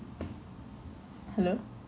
அம்மா appa appa don't allow you to do that